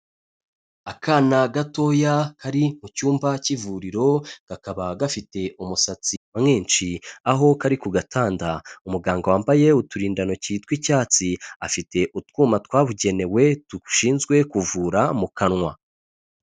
Akana gatoya kari mu cyumba cy'ivuriro, kakaba gafite umusatsi mwinshi, aho kari ku gatanda. Umuganga wambaye uturindantoki tw'icyatsi afite utwuma twabugenewe dushinzwe kuvura mu kanwa.